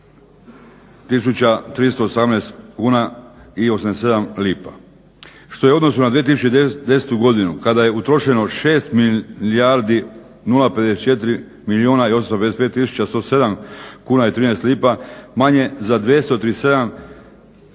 318 kuna i 87 lipa što je u odnosu na 2010. godinu kada je utrošeno 6 milijardi 0,54 milijuna i …/Govornik se ne razumije./… 107 kuna i 13 lipa manje za 237